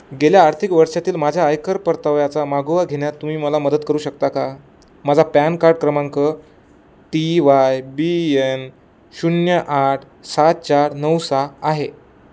गेल्या आर्थिक वर्षातील माझ्या आयकर परताव्याचा मागोवा घेण्यात तुम्ही मला मदत करू शकता का माझा पॅन कार्ड क्रमांक टी वाय बी यन शून्य आठ सात चार नऊ सहा आहे